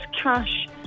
cash